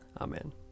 amen